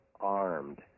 armed